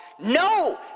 No